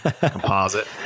Composite